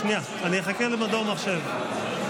לדאוג.